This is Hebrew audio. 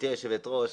גברתי היושבת-ראש,